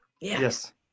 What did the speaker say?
Yes